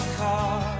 car